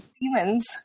demons